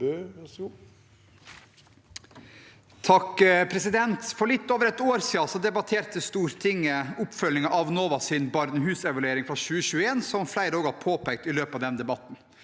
(H) For litt over et år siden debatterte Stortinget oppfølging av NOVAs barnehusevaluering fra 2021, som flere også har påpekt i løpet av denne debatten.